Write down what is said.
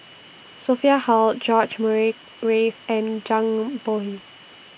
Sophia Hull George Murray Reith and Zhang Bohe